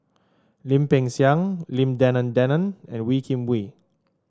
Lim Peng Siang Lim Denan Denon and Wee Kim Wee